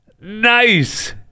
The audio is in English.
nice